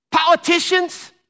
Politicians